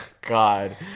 god